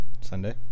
Sunday